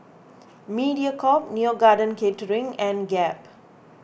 Mediacorp Neo Garden Catering and Gap